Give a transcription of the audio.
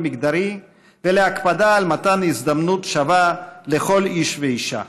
מגדרי ולהקפדה על מתן הזדמנות שווה לכל איש ואישה.